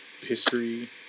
history